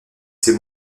ses